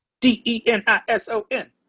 D-E-N-I-S-O-N